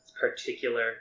particular